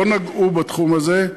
לא נגעו בתחום הזה.